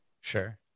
Sure